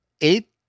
eight